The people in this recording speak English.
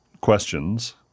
questions